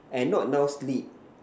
and not enough sleep